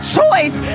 choice